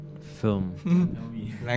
film